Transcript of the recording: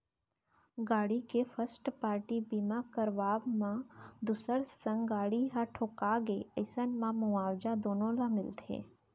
गाड़ी के first party बीमा करवाब म दूसर संग गाड़ी ह ठोंका गे अइसन म मुवाजा दुनो ल मिलथे